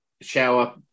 shower